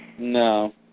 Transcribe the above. No